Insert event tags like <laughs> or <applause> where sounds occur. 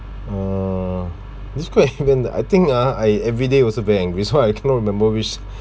uh this que~ <laughs> I mean I think ah I everyday also very angry so I don't remember which <breath>